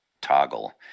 toggle